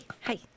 hi